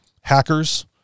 Hackers